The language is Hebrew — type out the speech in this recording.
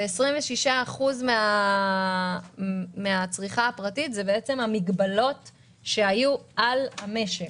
26% מהצריכה הפרטית זה בעצם המגבלות שהיו על המשק.